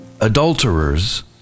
adulterers